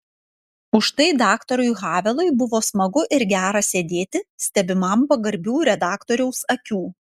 užtai daktarui havelui buvo smagu ir gera sėdėti stebimam pagarbių redaktoriaus akių